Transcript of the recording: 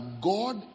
god